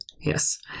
Yes